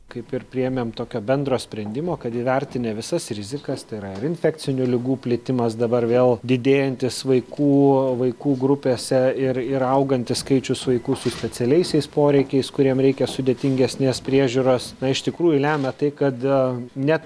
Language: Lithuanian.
kaip ir priėmėm tokio bendro sprendimo kad įvertinę visas rizikas tai yra ir infekcinių ligų plitimas dabar vėl didėjantis vaikų vaikų grupėse ir ir augantis skaičius vaikų su specialiaisiais poreikiais kuriem reikia sudėtingesnės priežiūros na iš tikrųjų lemia tai kada net